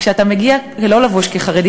כשאתה מגיע לא לבוש כחרדי,